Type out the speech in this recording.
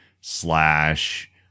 slash